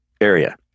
area